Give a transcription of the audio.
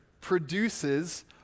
produces